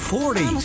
Forty